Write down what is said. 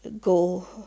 go